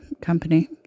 company